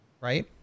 right